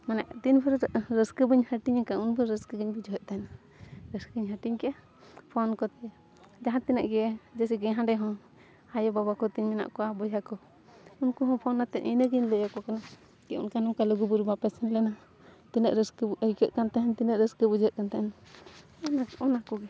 ᱢᱟᱱᱮ ᱛᱤᱱ ᱵᱷᱳᱨ ᱨᱟᱹᱥᱠᱟᱹ ᱵᱟᱹᱧ ᱦᱟᱹᱴᱤᱧᱟᱠᱟᱜᱼᱟ ᱩᱱ ᱵᱷᱳᱨ ᱨᱟᱹᱥᱠᱟᱹ ᱜᱤᱧ ᱵᱩᱡᱷᱟᱹᱣᱮᱫ ᱛᱟᱦᱮᱱᱟ ᱨᱟᱹᱥᱠᱟᱹᱧ ᱦᱟᱹᱴᱤᱧ ᱠᱮᱜᱼᱟ ᱯᱷᱳᱱ ᱠᱚᱛᱮ ᱡᱟᱦᱟᱸ ᱛᱤᱱᱟᱹᱜ ᱜᱮ ᱡᱮᱭᱥᱮ ᱠᱤ ᱦᱟᱸᱰᱮ ᱦᱚᱸ ᱟᱭᱳ ᱵᱟᱵᱟ ᱠᱚ ᱛᱤᱧ ᱢᱮᱱᱟᱜ ᱠᱚᱣᱟ ᱵᱚᱭᱦᱟ ᱠᱚ ᱩᱱᱠᱩ ᱦᱚᱸ ᱯᱷᱳᱱ ᱠᱟᱛᱮᱫ ᱤᱱᱟᱹᱜᱤᱧ ᱞᱟᱹᱭᱟᱠᱚ ᱠᱟᱱᱟ ᱠᱤ ᱚᱱᱠᱟ ᱱᱚᱝᱠᱟ ᱞᱩᱜᱩᱵᱩᱨᱩ ᱵᱟᱯᱮ ᱥᱮᱱ ᱞᱮᱱᱟ ᱛᱤᱱᱟᱹᱜ ᱨᱟᱹᱥᱠᱟᱹ ᱟᱹᱭᱠᱟᱹᱜ ᱠᱟᱱ ᱛᱟᱦᱮᱱ ᱛᱤᱱᱟᱹᱜ ᱨᱟᱹᱥᱠᱟᱹ ᱵᱩᱡᱷᱟᱹᱜ ᱠᱟᱱ ᱛᱟᱦᱮᱱ ᱚᱱᱟ ᱚᱱᱟ ᱠᱚᱜᱮ